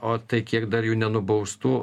o tai kiek dar jų nenubaustų